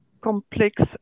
complex